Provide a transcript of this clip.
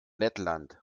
lettland